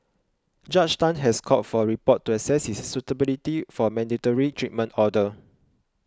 Judge Tan has called for a report to access his suitability for a mandatory treatment order